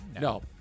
No